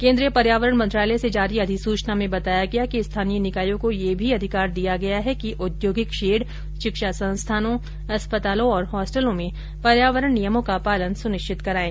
केन्द्रीय पर्यावरण मंत्रालय से जारी अधिसूचना में बताया गया कि स्थानीय निकायों को यह भी अधिकार दिया गया है कि औद्योगिक शेड शिक्षा संस्थानों अस्पतालों और हॉस्टलों में पर्यावरण नियमों का पालन सुनिश्चित कराएं